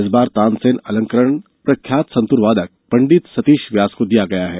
इस बार तानसेन अलंकरण प्रख्यात संतूर वादक पण्डित संतीश व्यास को दिया गया है